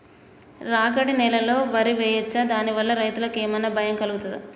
రాగడి నేలలో వరి వేయచ్చా దాని వల్ల రైతులకు ఏమన్నా భయం కలుగుతదా?